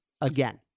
again